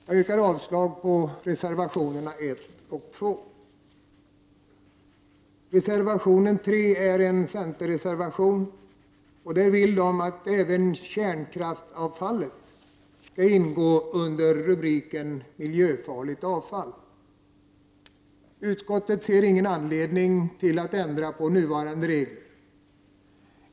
Jag yrkar avslag på reservationerna 1 och 2. Reservation 3 är en centerreservation, och man vill där att även kärnkraftsavfallet skall ingå under rubriken Miljöfarligt avfall. Utskottet ser ingen anledning att ändra på nuvarande regler.